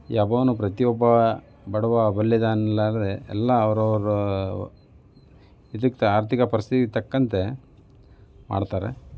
ಯಾವನೂ ಪ್ರತಿಯೊಬ್ಬ ಬಡವ ಬಲ್ಲಿದ ಅನ್ಲಾರ್ದೆ ಎಲ್ಲ ಅವರವರ ಇದಕ್ಕೆ ಆರ್ಥಿಕ ಪರಿಸ್ಥಿತಿಗೆ ತಕ್ಕಂತೆ ಮಾಡ್ತಾರೆ